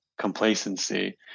complacency